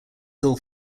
hill